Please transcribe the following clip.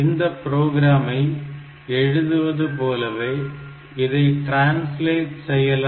இந்தப் புரோகிராமை எழுதுவது போலவே இதை ட்ரான்ஸ்லேட் செய்யலாம்